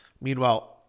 Meanwhile